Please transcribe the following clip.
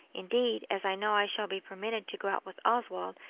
indeed, as i know i shall be permitted to go out with oswald,